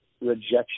rejection